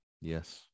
yes